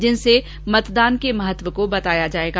जिनसे मतदान के महत्व को बताया जाएगा